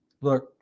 look